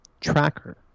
tracker